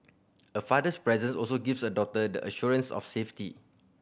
a father's presence also gives a daughter the assurance of safety